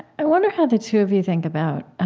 i wonder how the two of you think about